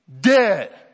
dead